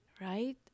right